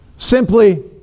simply